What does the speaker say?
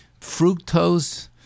Fructose